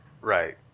Right